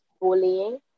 bullying